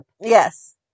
Yes